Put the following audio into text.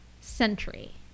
Century